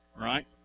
right